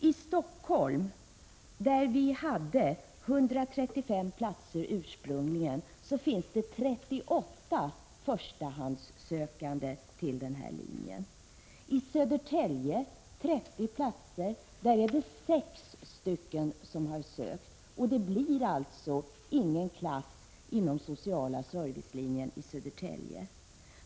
I Stockholm, där vi hade 135 platser ursprungligen, finns 38 förstahandssökande till denna linje. I Södertälje finns 30 platser med 6 sökande, och det blir alltså ingen klass inom sociala servicelinjen i Södertälje.